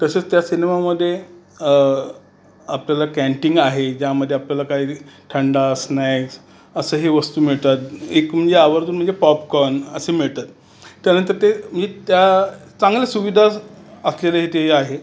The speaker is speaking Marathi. तसंच त्या सिनेमामध्ये आपल्याला कॅन्टीन आहे ज्यामध्ये आपल्याला काही थंडा स्नॅक्स अशाही वस्तू मिळतात एक म्हणजे आवर्जून म्हणजे पॉप कॉर्न असे मिळतात त्या नंतर ते म्हणजे त्या चांगलं सुविधा असलेलं ते आहे